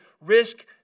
risk